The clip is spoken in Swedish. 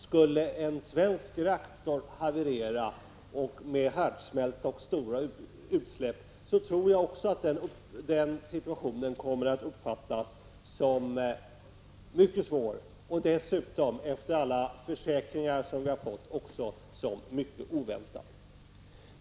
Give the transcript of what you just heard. Skulle en svensk reaktor haverera med härdsmälta och stora utsläpp, tror jag också att situationen skulle uppfattas som mycket svår, och dessutom efter alla försäkringar som vi har fått som mycket oväntad.